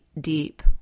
deep